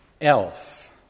Elf